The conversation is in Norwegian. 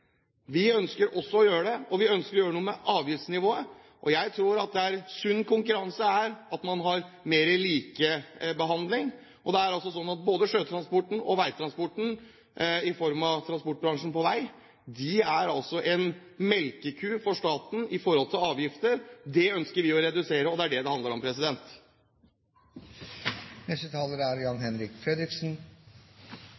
Vi ønsker også å gjøre det, og vi ønsker å gjøre noe med avgiftsnivået. Jeg tror sunn konkurranse er at man har mer likebehandling. Det er altså sånn at både sjøtransporten og veitransporten i form av transportbransjen på vei er en melkeku for staten i forhold til avgifter. Det ønsker vi å redusere – og det er det det handler om.